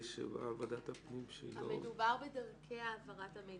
שוועדת הפנים -- מדובר בדרכי העברת המידע